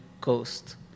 Coast